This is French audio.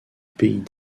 pays